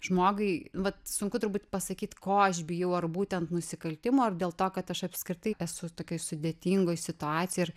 žmogai vat sunku turbūt pasakyt ko aš bijau ar būtent nusikaltimo ar dėl to kad aš apskritai esu tokioj sudėtingoj situacijoj ir